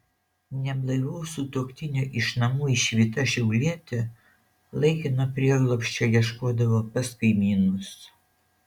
neblaivaus sutuoktinio iš namų išvyta šiaulietė laikino prieglobsčio ieškodavo pas kaimynus